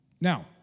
Now